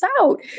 out